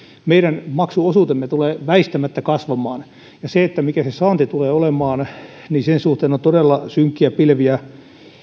meidän maksuosuutemme tulee väistämättä kasvamaan sen suhteen mikä se saanti tulee olemaan on todella synkkiä pilviä